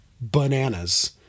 bananas